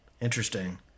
Interesting